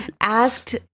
Asked